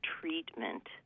treatment